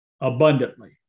abundantly